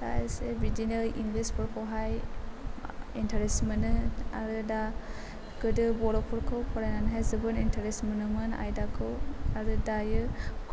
दा एसे बिदिनो इंलिस फोरखौहाय इन्टारेस्ट मोनो आरो दा गोदो बर'फोरखौ फरायनानैहाय जोबोद इन्टारेस्ट मोनोमोन आयदाखौ आरो दायो